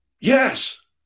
Yes